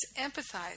empathize